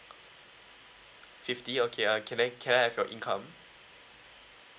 fifty okay uh can I can I have your income